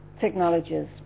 technologies